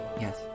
Yes